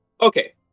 Okay